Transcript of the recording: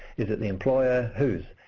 is it the employer? who's?